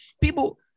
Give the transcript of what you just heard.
people